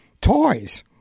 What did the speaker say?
toys